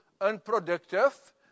unproductive